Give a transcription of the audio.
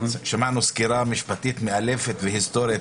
שמענו סקירה משפטית היסטורית מאלפת